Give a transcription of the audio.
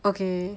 okay